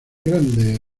grandes